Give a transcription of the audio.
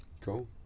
Cool